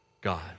God